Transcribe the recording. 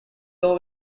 low